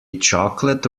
chocolate